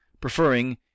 preferring